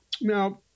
Now